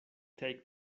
take